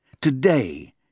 today